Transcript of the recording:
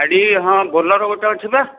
ଗାଡ଼ି ହଁ ବୋଲେରୋ ଗୋଟେ ଅଛିିବା